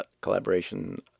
Collaboration